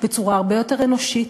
בצורה הרבה יותר אנושית,